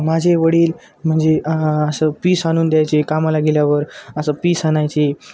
माझे वडील म्हणजे असं पीस आणून द्यायचे कामाला गेल्यावर असं पीस आणायचे